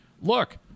look